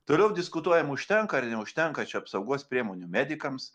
toliau diskutuojam užtenka ar neužtenka čia apsaugos priemonių medikams